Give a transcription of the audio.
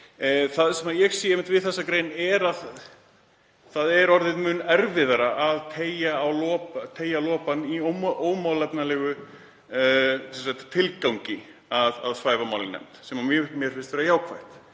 Það sem ég sé einmitt við þessa grein er að það er orðið mun erfiðara að teygja lopann í ómálefnalegum tilgangi og svæfa mál í nefnd, sem mér finnst vera jákvætt.